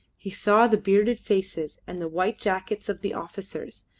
he saw the bearded faces and the white jackets of the officers,